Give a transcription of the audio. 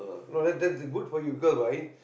uh tha~ that that's good for you guys right